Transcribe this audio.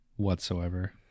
whatsoever